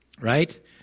right